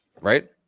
Right